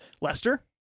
Lester